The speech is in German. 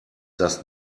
dass